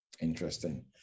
Interesting